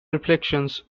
reflections